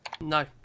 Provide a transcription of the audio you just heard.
No